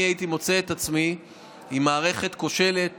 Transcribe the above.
אני הייתי מוצא את עצמי עם מערכת כושלת